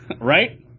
Right